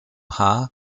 haar